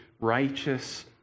righteous